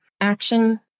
Action